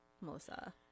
Melissa